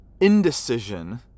indecision